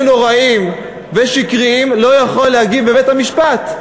נוראים ושקריים לא יכול להגיב בבית-המשפט,